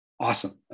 awesome